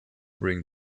ring